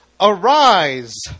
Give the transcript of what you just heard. arise